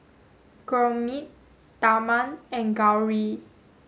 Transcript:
Gurmeet Tharman and Gauri